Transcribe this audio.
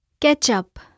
Ketchup